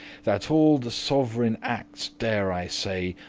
that all the sovreign actes, dare i say,